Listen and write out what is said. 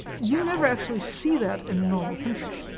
you never actually see that in a normal country.